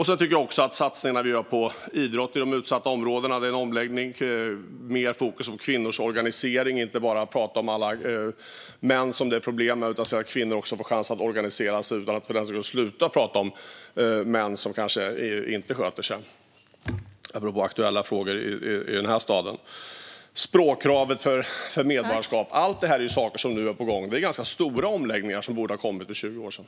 Sedan tycker jag också att satsningarna vi gör på idrott i de utsatta områdena är en omläggning. Det är mer fokus på kvinnors organisering och inte bara prat om alla män som det är problem med; det är att se till att kvinnor får chansen att organisera sig utan att för den skull sluta prata om män som kanske inte sköter sig - apropå aktuella frågor i den här staden. Vi har också språkkravet för medborgarskap. Allt det här är stora saker som nu är på gång. Det är ganska stora omläggningar som borde ha kommit för 20 år sedan.